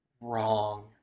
wrong